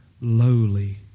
lowly